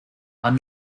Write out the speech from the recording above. are